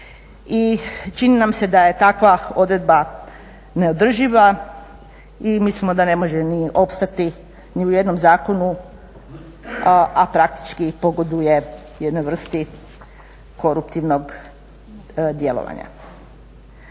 I čini nam se da je takva odredba neodrživa i mislimo da ne može ni opstati ni u jednom zakonu, a praktički pogoduje jednoj vrsti koruptivnog djelovanja.